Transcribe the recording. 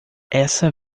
essa